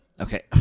okay